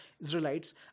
Israelites